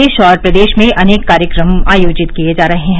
देश और प्रदेश में अनेक कार्यक्रम आयोजित किए जा रहे हैं